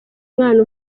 umwana